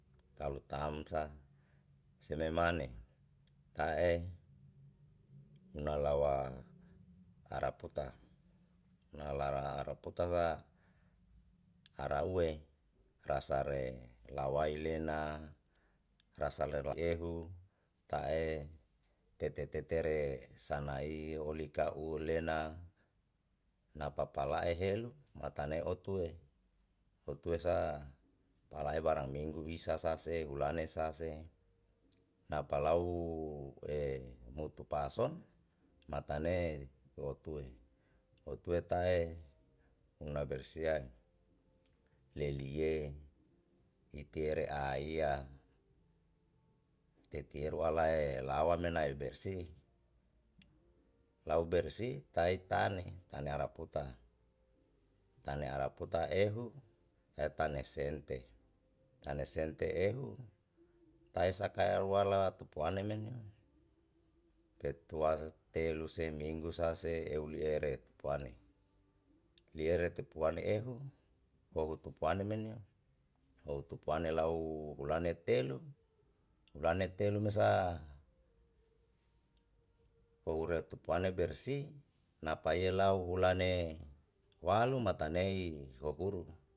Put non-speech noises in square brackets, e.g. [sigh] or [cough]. Kalu tamsa seme mane ta'e unalawa araputa nalara araputa sa araue rasare lawai lena rasalewa ehu ta'e tete tetere sanaio olika [hesitation] lena na papala'e helu [hesitation] tanei otuo, otue sa palae barang minggu isa sase hulane sase na palau [hesitation] mutupason matane lotue, lotue tae una bersiae lelie itiere aia etieru alae lawa mena i bersih lau bersih tai tane, tane araputa, tane araputa ehu tae tane sente, tane sente ehu tae saka euwala tupuane menio petua se telu se minggu sa se euliere tupuane liere tupuane ehu hohu tupuane menio, ou tupuane lau hulane telu, hulane telu mesa houre tupuane bersih na payelau hulane walu matanei lohuru.